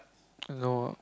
I know